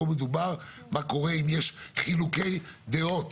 פה מדובר מה קורה אם יש חילוקי דעות